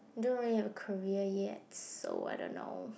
don't really have a career yet so I don't know